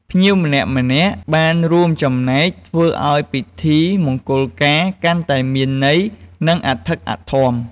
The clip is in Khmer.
ភ្ញៀវម្នាក់ៗបានរួមចំណែកធ្វើឲ្យពិធីមង្គលការកាន់តែមានន័យ និងអធិកអធម។